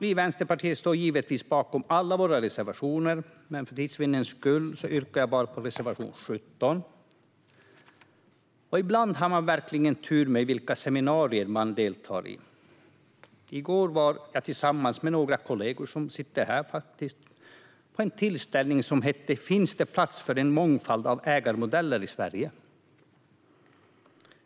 Vi i Vänsterpartiet står givetvis bakom alla våra reservationer, men för tids vinnande yrkar jag bifall bara till reservation 17. Ibland har man verkligen tur med vilka seminarier man deltar i. I går var jag och några kollegor som sitter här i kammaren på en tillställning som hette Finns det plats för en mångfald av ägarmodeller i Sverige?